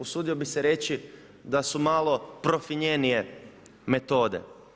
Usudio bi se reći, da u malo profinjenije metode.